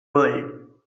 world